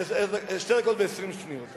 שתי דקות ו-20 שניות.